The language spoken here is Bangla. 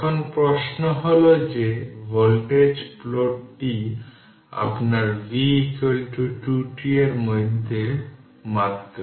এখন প্রশ্ন হল যে ভোল্টেজ প্লটটি আপনার v 2 t এর মধ্যে মাত্র